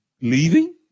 leaving